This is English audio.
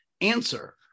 answer